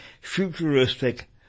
futuristic